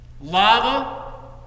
lava